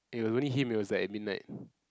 and it was only him it was like at midnight